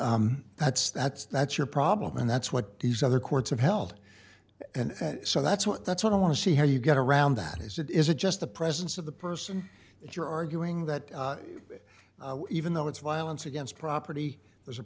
and that's that's that's your problem and that's what these other courts have held and so that's what that's what i want to see how you get around that is it is a just the presence of the person that you're arguing that even though it's violence against property